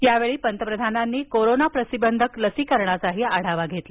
यावेळी पंतप्रधानांनी कोरोना प्रतिबंधक लसीकरणाचाही आढावा घेतला